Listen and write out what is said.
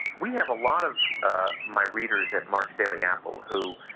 we have a lot of my readers at mark's daily apple who